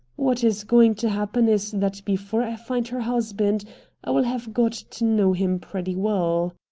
what is going to happen is that before i find her husband i will have got to know him pretty well.